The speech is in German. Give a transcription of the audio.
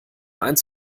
eins